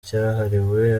cyahariwe